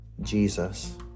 Jesus